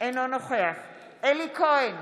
אינו נוכח אלי כהן,